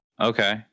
Okay